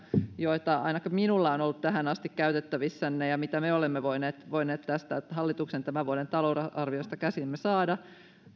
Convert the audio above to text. joita ainakin minulla on ollut tähän asti käytettävissä ja mitä me olemme voineet voineet tästä hallituksen tämän vuoden talousarviosta käsiimme saada